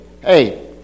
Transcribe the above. Hey